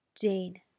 Jane